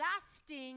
lasting